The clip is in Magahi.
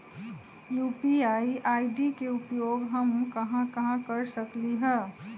यू.पी.आई आई.डी के उपयोग हम कहां कहां कर सकली ह?